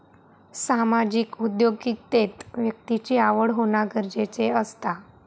सामाजिक उद्योगिकतेत व्यक्तिची आवड होना गरजेचा असता